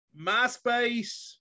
MySpace